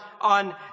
on